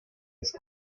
ist